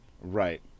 right